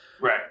Right